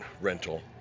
rental